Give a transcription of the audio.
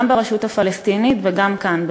גם ברשות הפלסטינית וגם כאן,